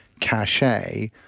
cachet